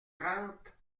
trente